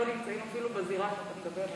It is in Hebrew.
לא נמצאים אפילו בזירה שאתה מדבר עליה.